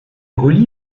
relie